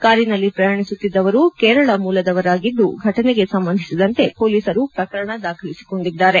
ಕಾರಿನಲ್ಲಿ ಪ್ರಯಾಣಿಸುತ್ತಿದ್ದವರು ಕೇರಳ ಮೂಲದವರಾಗಿದ್ದು ಫಟನೆಗೆ ಸಂಬಂಧಿಸಿದಂತೆ ಮೊಲೀಸರು ಪ್ರಕರಣ ದಾಖಲಿಸಿಕೊಂಡಿದ್ದಾರೆ